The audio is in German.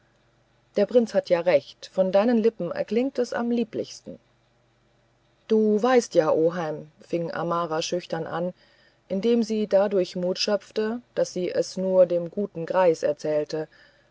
der prinz hat ja recht von deinen lippen klingt es am lieblichsten du weißt ja oheim fing amara schüchtern an indem sie dadurch mut schöpfte daß sie es nur dem guten greis erzählte